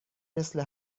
مثل